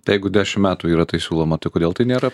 tai jeigu dešim metų yra siūloma tai kodėl tai nėra